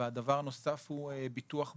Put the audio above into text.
והדבר הנוסף הוא ביטוח בריאות,